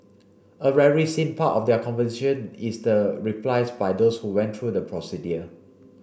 a seen part of their conversation is the replies by those who went through the procedure